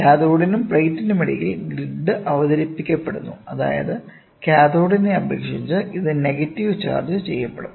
കാഥോഡിനും പ്ലേറ്റിനുമിടയിൽ ഗ്രിഡ് അവതരിപ്പിക്കപ്പെടുന്നു അതായത് കാഥോഡിനെ അപേക്ഷിച്ച് ഇത് നെഗറ്റീവ് ചാർജ്ജ് ചെയ്യപ്പെടും